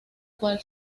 cual